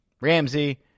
ramsey